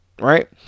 right